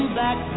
back